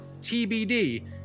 TBD